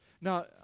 Now